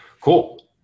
Cool